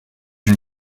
une